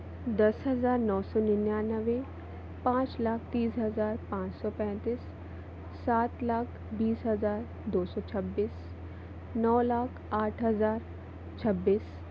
दस हज़ार नौ सौ निन्यानवे पाँच लाख तीस हज़ार पांच सौ पैंतीस सात लाख बीस हज़ार दो सौ छब्बीस नौ लाख आठ हज़ार छब्बीस